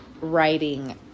writing